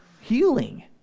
healing